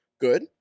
Good